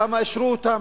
כמה אישרו אותן.